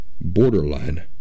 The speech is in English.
borderline